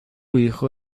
hijo